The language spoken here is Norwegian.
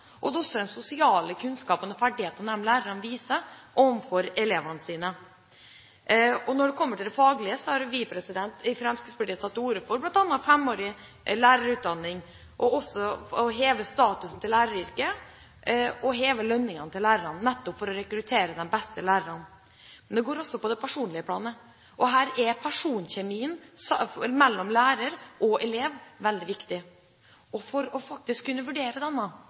også den sosiale kunnskapen og ferdighetene lærerne viser overfor elevene sine. Når det kommer til det faglige, har vi i Fremskrittspartiet tatt til orde for bl.a. en femårig lærerutdanning og å heve statusen og lønnen i læreryrket, nettopp for å rekruttere de beste lærerne. Men det går også på det personlige planet. Personkjemien mellom lærer og elev er veldig viktig. For å kunne vurdere den – få fram hvordan den kommer fram på beste måte – er det